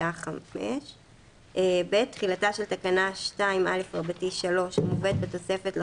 בשעה 17.00. (ב) תחילתה של תקנה 2א(3) המובאת בתוספת לחוק,